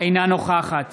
אינה נוכחת